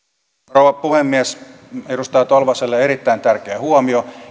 rouva puhemies edustaja tolvaselle erittäin tärkeä huomio ja